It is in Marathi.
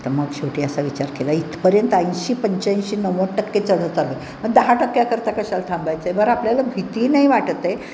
तर मग शेवटी असा विचार केला इथपर्यंत ऐंशी पंच्याऐंशी नव्वद टक्के चढत आलो आहे आणि दहा टक्क्याकरता कशाला थांबायचं आहे बरं आपल्याला भीती नाही वाटत आहे